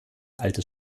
altes